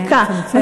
דקה.